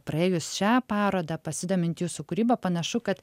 praėjus šią parodą pasidomint jūsų kūryba panašu kad